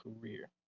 career